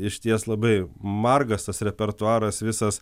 išties labai margas tas repertuaras visas